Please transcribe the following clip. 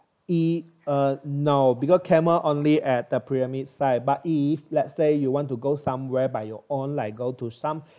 it uh no because camel only at the pyramid site but if let's say you want to go somewhere by your own like go to some